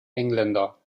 engländer